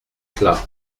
cela